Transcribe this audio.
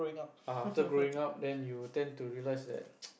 ah after growing up then you tend to realise that